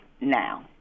now